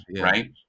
Right